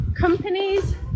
companies